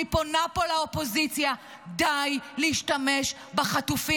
אני פונה פה לאופוזיציה: די להשתמש בחטופים.